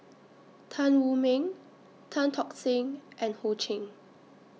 Tan Wu Meng Tan Tock Seng and Ho Ching